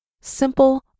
simple